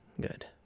Good